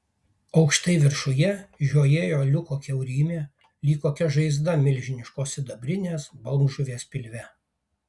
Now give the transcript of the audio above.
aukštai viršuje žiojėjo liuko kiaurymė lyg kokia žaizda milžiniškos sidabrinės bangžuvės pilve